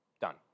done